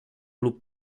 lub